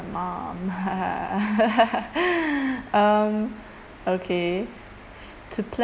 um um okay to plan